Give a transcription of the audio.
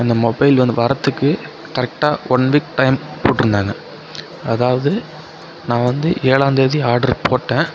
அந்த மொபைல் வந்து வரத்துக்கு கரெக்டாக ஒன் வீக் டைம் போட்டுயிருந்தாங்க அதாவது நா வந்து ஏழாந்தேதி ஆர்டர் போட்